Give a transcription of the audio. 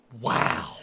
Wow